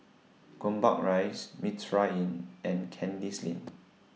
Gombak Rise Mitraa Inn and Kandis Lane